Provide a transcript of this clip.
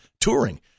touring